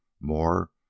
more